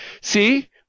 See